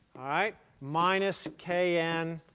minus k n,